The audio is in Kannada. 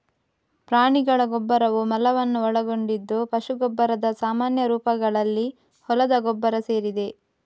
ಪ್ರಾಣಿಗಳ ಗೊಬ್ಬರವು ಮಲವನ್ನು ಒಳಗೊಂಡಿದ್ದು ಪಶು ಗೊಬ್ಬರದ ಸಾಮಾನ್ಯ ರೂಪಗಳಲ್ಲಿ ಹೊಲದ ಗೊಬ್ಬರ ಸೇರಿದೆ